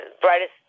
brightest